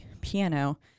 piano